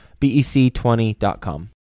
BEC20.com